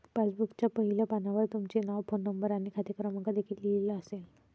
पासबुकच्या पहिल्या पानावर तुमचे नाव, फोन नंबर आणि खाते क्रमांक देखील लिहिलेला असेल